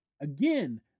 Again